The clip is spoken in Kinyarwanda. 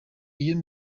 iyo